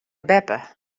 beppe